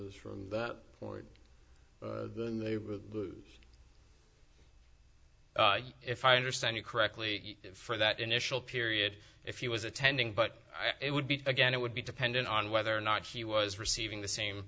is from that point then they were the if i understand you correctly for that initial period if he was attending but i would be again it would be dependent on whether or not he was receiving the same